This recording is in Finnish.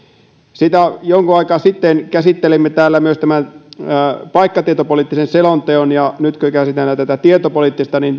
jonkun aikaa sitten käsittelimme täällä myös paikkatietopoliittisen selonteon ja nyt kun käsitellään tätä tietopoliittista niin